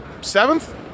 seventh